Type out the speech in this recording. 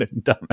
dumbass